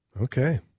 Okay